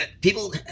people